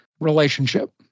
relationship